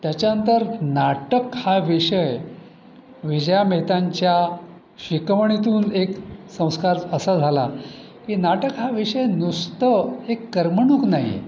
त्याच्यानंतर नाटक हा विषय विजया मेहतांच्या शिकवणीतून एक संस्कार असा झाला की नाटक हा विषय नुसतं एक करमणूक नाही आहे